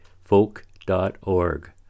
Folk.org